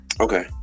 Okay